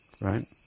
right